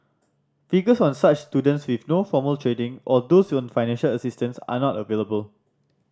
figures on such students with no formal trading or those on financial assistance are not available